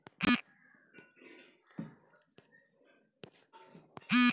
चीन के औधोगिक अउरी व्यावसायिक बैंक दुनो बा